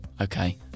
okay